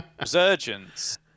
Resurgence